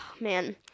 man